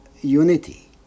unity